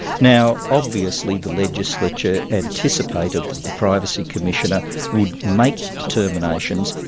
now obviously the legislature anticipated that the privacy commissioner would make determinations,